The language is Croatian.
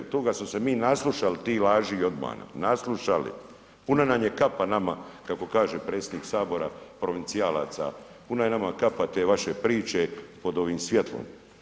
Toga smo se mi naslušali tih laži i obmana, naslušali, puna nam je kapa nama kako kaže predsjednik Sabora provincijalaca, puna je nama kapa te vaše priče pod ovim svjetlom.